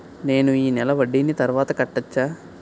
నేను ఈ నెల వడ్డీని తర్వాత కట్టచా?